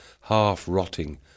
half-rotting